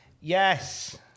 Yes